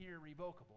irrevocable